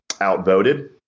outvoted